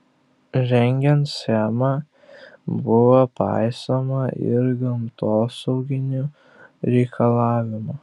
rengiant schemą buvo paisoma ir gamtosauginių reikalavimų